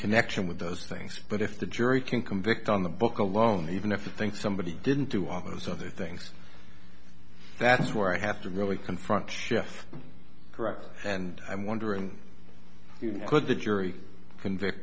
connection with those things but if the jury can convict on the book alone even if they think somebody didn't do all those other things that's where i have to really confront shift correct and i wonder and you know what the jury convict